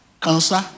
cancer